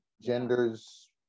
genders